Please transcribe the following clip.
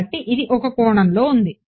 కాబట్టి ఇది ఒక కోణంలో ఉంది